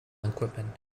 equipment